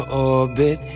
orbit